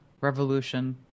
revolution